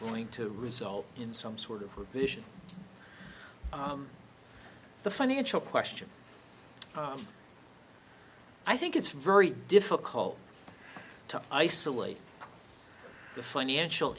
going to result in some sort of vision the financial questions i think it's very difficult to isolate the financial